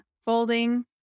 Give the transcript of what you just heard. folding